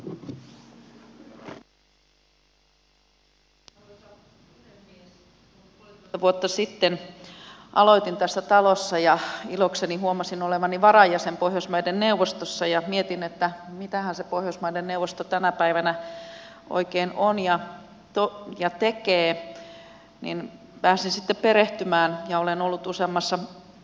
kun puolitoista vuotta sitten aloitin tässä talossa ja ilokseni huomasin olevani varajäsen pohjoismaiden neuvostossa ja mietin että mitähän se pohjoismaiden neuvosto tänä päivänä oikein on ja tekee niin pääsin sitten perehtymään ja olen ollut useammassa istunnossa mukana